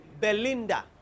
Belinda